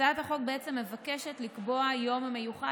הצעת החוק בעצם מבקשת לקבוע יום מיוחד.